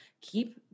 keep